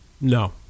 No